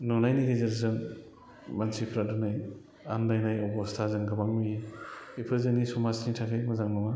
नुनायनि गेजेरजों मानसिफ्रा दिनै आन्दायनाय अबस्था जों गोबां नुयो बेफोर जोंनि समाजनि थाखाय मोजां नङा